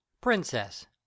Princess